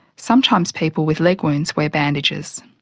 sometimes people with leg wounds wear bandages.